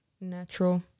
natural